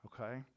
Okay